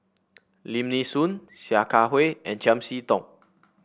Lim Nee Soon Sia Kah Hui and Chiam See Tong